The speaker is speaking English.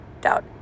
doubt